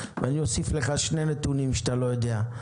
ואני אוסיף לך שני נתונים שאתה לא יודע.